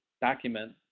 document